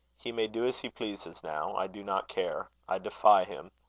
he may do as he pleases now. i do not care. i defy him.